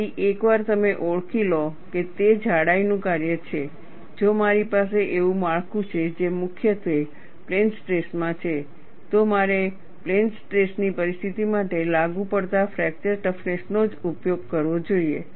તેથી એકવાર તમે ઓળખી લો કે તે જાડાઈ નું કાર્ય છે જો મારી પાસે એવું માળખું છે જે મુખ્યત્વે પ્લેન સ્ટ્રેસ માં છે તો મારે પ્લેન સ્ટ્રેસ ની પરિસ્થિતિ માટે લાગુ પડતા ફ્રેક્ચર ટફનેસ નો જ ઉપયોગ કરવો જોઈએ